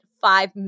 five